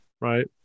Right